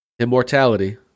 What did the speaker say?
Immortality